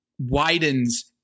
widens